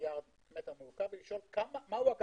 מיליארד מטר מעוקב, ולשאול מהו-